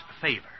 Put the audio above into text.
favor